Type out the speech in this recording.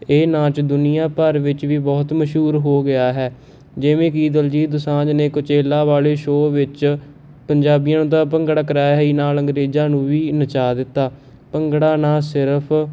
ਇਹ ਨਾਚ ਦੁਨੀਆਂ ਭਰ ਵਿੱਚ ਵੀ ਬਹੁਤ ਮਸ਼ਹੂਰ ਹੋ ਗਿਆ ਹੈ ਜਿਵੇਂ ਕਿ ਦਿਲਜੀਤ ਦੁਸਾਂਝ ਨੇ ਕੁਚੇਲਾ ਵਾਲੇ ਸ਼ੋਅ ਵਿੱਚ ਪੰਜਾਬੀਆਂ ਦਾ ਭੰਗੜਾ ਕਰਾਇਆ ਸੀ ਨਾਲ ਅੰਗਰੇਜ਼ਾਂ ਨੂੰ ਵੀ ਨਚਾ ਦਿੱਤਾ ਭੰਗੜਾ ਨਾ ਸਿਰਫ